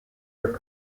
are